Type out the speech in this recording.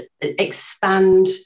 expand